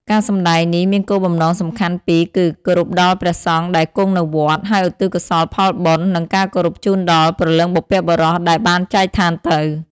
ការសម្តែងនេះមានគោលបំណងសំខាន់ពីរគឺ គោរពដល់ព្រះសង្ឃដែលគង់នៅវត្ត ហើយឧទ្ទិសកុសលផលបុណ្យ និងការគោរពជូនដល់ ព្រលឹងបុព្វបុរស ដែលបានចែកឋានទៅ។